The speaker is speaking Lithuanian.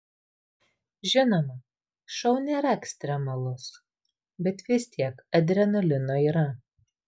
žinoma šou nėra ekstremalus bet vis tiek adrenalino yra